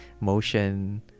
motion